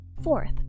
Fourth